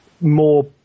more